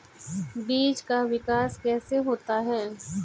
बीज का विकास कैसे होता है?